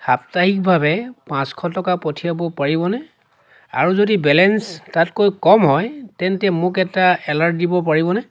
সাপ্তাহিকভাৱে পাঁচশ টকা পঠিয়াব পাৰিবনে আৰু যদি বেলেঞ্চ তাতকৈ কম হয় তেন্তে মোক এটা এলাৰ্ট দিব পাৰিবনে